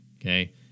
Okay